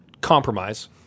Compromise